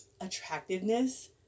attractiveness